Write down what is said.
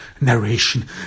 narration